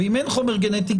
ואם אין חומר גנטי,